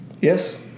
Yes